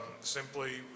simply